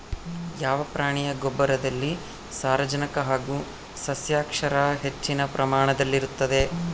ಯಾವ ಪ್ರಾಣಿಯ ಗೊಬ್ಬರದಲ್ಲಿ ಸಾರಜನಕ ಹಾಗೂ ಸಸ್ಯಕ್ಷಾರ ಹೆಚ್ಚಿನ ಪ್ರಮಾಣದಲ್ಲಿರುತ್ತದೆ?